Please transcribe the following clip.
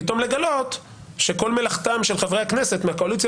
פתאום לגלות שכל מלאכתם של חברי הכנסת מהקואליציה